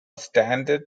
standard